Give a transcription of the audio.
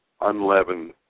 unleavened